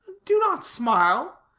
do not smile,